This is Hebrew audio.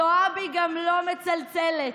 זועבי גם לא מצלצלת.